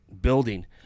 building